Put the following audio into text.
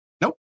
Nope